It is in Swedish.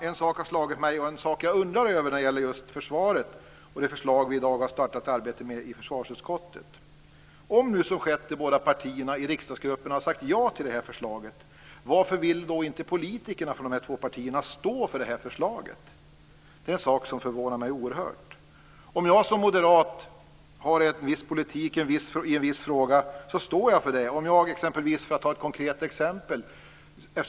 En sak har slagit mig, och en sak undrar jag över när det gäller just försvaret och det förslag vi i dag har startat arbetet med i försvarsutskottet: Om nu, som skett, de båda partierna i riksdagsgruppen har sagt ja till det här förslaget, varför vill då inte politikerna från de här två partierna stå för det här förslaget? Det är en sak som förvånar mig oerhört. Om jag som moderat har en viss politik i en viss fråga så står jag för det. Jag är också landstingspolitiker.